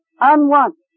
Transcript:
Unwanted